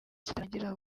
kitarangira